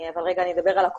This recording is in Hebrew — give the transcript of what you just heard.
אבל אני אדבר על הקורונה,